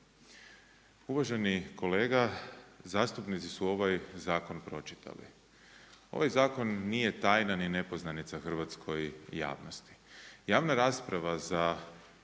Uvaženi kolega, zastupnici su ovaj zakon pročitali. Ovaj zakon nije tajna ni nepoznanica hrvatskoj javnosti. Javna rasprava za